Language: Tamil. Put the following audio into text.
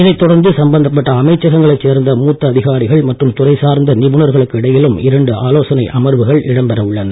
இதைத் தொடர்ந்து சம்பந்தப்பட்ட அமைச்சகங்களைச் சேர்ந்த மூத்த அதிகாரிகள் மற்றும் துறை சார்ந்த நிபுணர்களுக்கு இடையிலும் இரண்டு ஆலோசனை அமர்வுகள் இடம் பெற உள்ளன